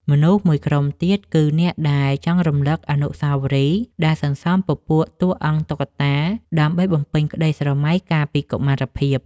មនុស្សមួយក្រុមទៀតគឺ អ្នកដែលចង់រំលឹកអនុស្សាវរីយ៍ ដែលសន្សំពពួកតួអង្គតុក្កតាដើម្បីបំពេញក្ដីស្រមៃកាលពីកុមារភាព។